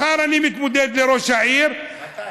מחר אני מתמודד לראש העיר, מתי?